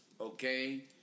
okay